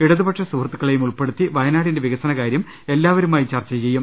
ഇടതുപക്ഷ സുഹൃത്തുക്കളെയും ഉൾപ്പെടുത്തി വയനാടിന്റെ വികസന കാര്യം എല്ലാവരുമായും ചർച്ച ചെയ്യും